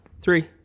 Three